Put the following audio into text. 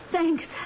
Thanks